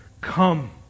come